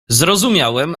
zrozumiałem